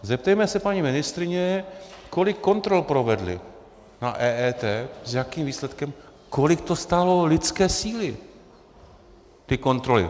Zeptejme se paní ministryně, kolik kontrol provedli na EET, s jakým výsledkem, kolik to stálo lidské síly, ty kontroly.